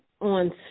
on